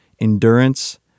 Endurance